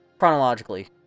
Chronologically